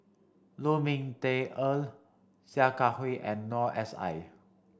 Lu Ming Teh Earl Sia Kah Hui and Noor S I